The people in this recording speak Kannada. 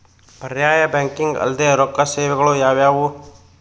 ಪರ್ಯಾಯ ಬ್ಯಾಂಕಿಂಗ್ ಅಲ್ದೇ ರೊಕ್ಕ ಸೇವೆಗಳು ಯಾವ್ಯಾವು?